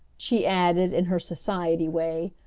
she added, in her society way,